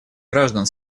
граждан